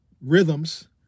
rhythms